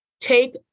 take